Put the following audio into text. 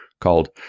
called